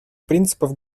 принципов